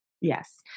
Yes